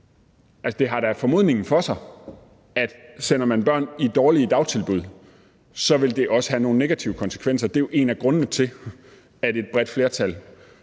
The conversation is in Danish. det har da formodningen for sig, at sætter man børn i dårlige dagtilbud, vil det også have nogle negative konsekvenser. Det er en af grundene til, at et bredt flertal,